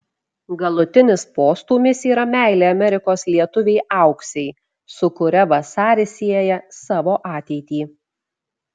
galutinis postūmis yra meilė amerikos lietuvei auksei su kuria vasaris sieja savo ateitį